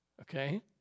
okay